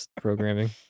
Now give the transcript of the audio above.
programming